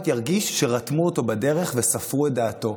ירגיש שרתמו אותו בדרך וספרו את דעתו.